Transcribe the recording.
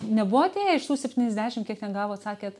nebuvo atėję iš tų septyniasdešimt kiek ten gavot sakėt